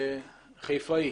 אני